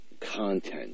content